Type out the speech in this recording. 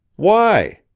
why?